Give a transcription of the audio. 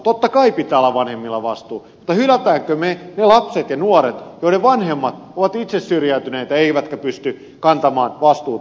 totta kai pitää olla vanhemmilla vastuu mutta hylkäämmekö me ne lapset ja nuoret joiden vanhemmat ovat itse syrjäytyneitä eivätkä pysty kantamaan vastuuta